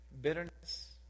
bitterness